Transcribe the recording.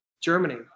Germany